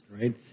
Right